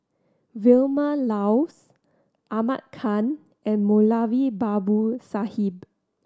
Vilma Laus Ahmad Khan and Moulavi Babu Sahib